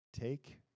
take